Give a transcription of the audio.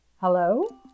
hello